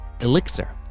Elixir